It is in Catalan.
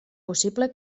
possible